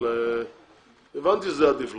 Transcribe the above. אבל הבנתי שזה עדיף לכם.